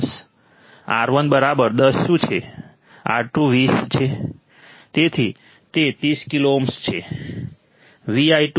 R1 10 શું છે R2 20 છે તેથી તે 30 કિલો ઓહ્મ છે